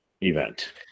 event